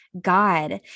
God